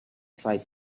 tried